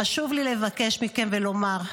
חשוב לי לבקש מכם ולומר,